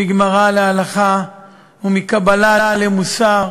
מגמרא להלכה ומקבלה למוסר,